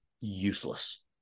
useless